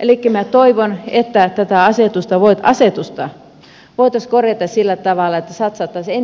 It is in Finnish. elikkä minä toivon että tätä asetusta voitaisiin korjata sillä tavalla että satsattaisiin